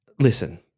Listen